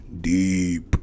deep